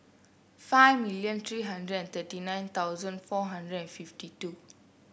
five million three hundred and thirty nine thousand four hundred and fifty two